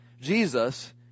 Jesus